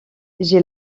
j’ai